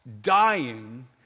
dying